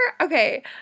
okay